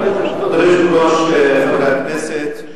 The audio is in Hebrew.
אדוני היושב-ראש, חברי הכנסת,